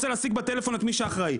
רוצה להשיג בטלפון את מי שאחראי,